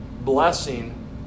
blessing